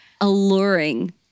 alluring